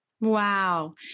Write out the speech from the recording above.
Wow